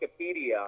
Wikipedia